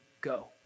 go